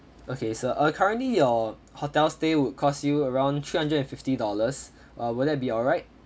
okay sir uh currently your hotel stay would cost you around three hundred and fifty dollars uh will that be alright